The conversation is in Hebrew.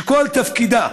שכל תפקידה